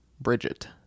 Bridget